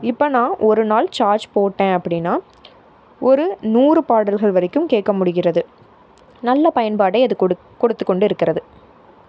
இப்போ நான் ஒரு நாள் சார்ஜ் போட்டேன் அப்படின்னா ஒரு நூறு பாடல்கள் வரைக்கும் கேட்க முடிகிறது நல்ல பயன்பாட்டை அது கொடுத்துக்கொண்டு இருக்கிறது